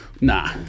Nah